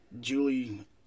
Julie